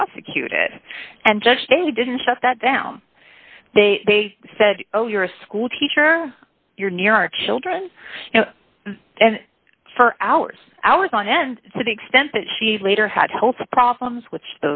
prosecuted and judged they didn't shut that down they said oh you're a schoolteacher you're near our children and for hours hours on end to the extent that she later had health problems which